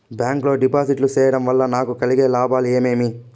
Bank లో డిపాజిట్లు సేయడం వల్ల నాకు కలిగే లాభాలు ఏమేమి?